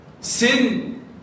sin